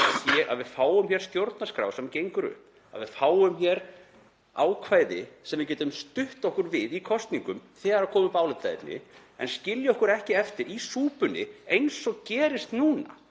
að við fáum hér stjórnarskrá sem gengur upp, að við fáum hér ákvæði sem við getum stutt okkur við í kosningum þegar það koma upp álitaefni í stað þess að skilja okkur eftir í súpunni. Eins og gerist núna